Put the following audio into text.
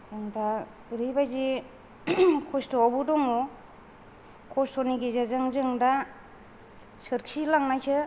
दा ओरैबायदि खस्थ'आवबो दङ खस्थ'नि गेजेरजों जों दा सोरखिलांनायसो